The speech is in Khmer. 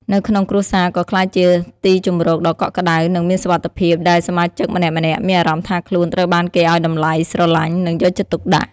នៅក្នុង គ្រួសារក៏ក្លាយជាទីជម្រកដ៏កក់ក្តៅ និងមានសុវត្ថិភាព ដែលសមាជិកម្នាក់ៗមានអារម្មណ៍ថាខ្លួនត្រូវបានគេឲ្យតម្លៃ ស្រឡាញ់ និងយកចិត្តទុកដាក់។